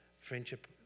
Friendship